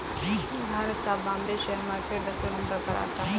भारत का Bombay share market दसवें number पर आता है